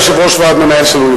יש דמיון מסוים.